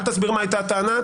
אל תסביר מה הייתה הטענה.